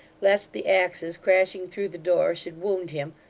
lest the axes crashing through the door should wound him,